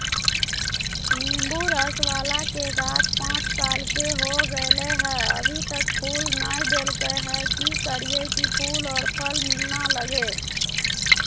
नेंबू रस बाला के गाछ पांच साल के हो गेलै हैं अभी तक फूल नय देलके है, की करियय की फूल और फल मिलना लगे?